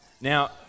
now